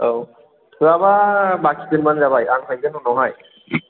औ थोआबा बाखि दोनबानो जाबाय आं हैगोन उनावहाय